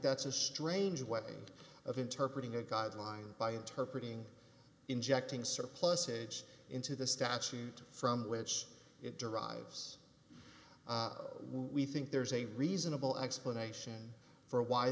that's a strange way of interpret a guideline by interpretating injecting surplusage into the statute from which it derives we think there's a reasonable explanation for why